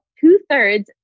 two-thirds